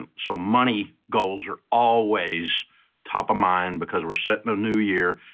um so money goals are always top of mind because we're setting a new year.